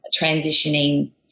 transitioning